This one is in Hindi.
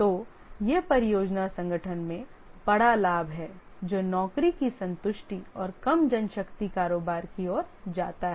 तो यह परियोजना संगठन में बड़ा लाभ है जो नौकरी की संतुष्टि और कम जनशक्ति कारोबार की ओर जाता है